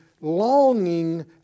longing